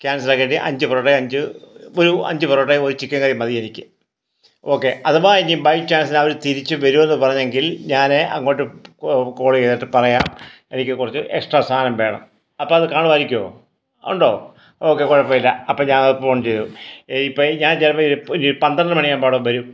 cancel ആക്കിയിട്ട് അഞ്ച് പൊറോട്ടയും അഞ്ച് ഒരു അഞ്ച് പൊറോട്ടയും ഒരു ചിക്കൻ കറിയും മതി എനിക്ക് ഓക്കേ അഥവാ ഇനി ബൈ ചാൻസിനു തിരിച്ചു വരുമെന്ന് പറഞ്ഞെങ്കിൽ ഞാന് അങ്ങോട്ട് കോൾ ചെയ്തിട്ട് പറയാം എനിക്ക് കുറച്ച് എക്സ്ട്രാ സാധനം വേണം അപ്പോൾ അത് കാണുമായിരിക്കുമോ ഉണ്ടോ ഓക്കേ കുഴപ്പമില്ല അപ്പോൾ അത് ഫോൺ ചെയ്തു ഇപ്പം ഞാൻ ചിലപ്പം ഒരു പന്ത്രണ്ട് മണി ആകുമ്പോൾ അവിടെ വരും